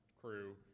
crew